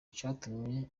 icatumye